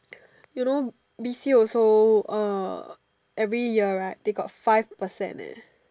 you know B_C also uh every year right they got five percent eh